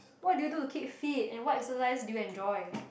what do you do to keep fit and what exercise do you enjoy